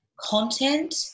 Content